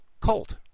Colt